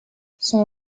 son